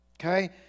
Okay